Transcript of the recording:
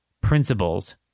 principles